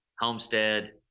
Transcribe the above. Homestead